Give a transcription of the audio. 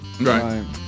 Right